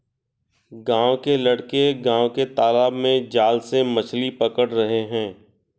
गांव के लड़के गांव के तालाब में जाल से मछली पकड़ रहे हैं